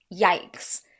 Yikes